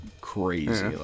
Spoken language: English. crazy